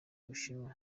bushinwa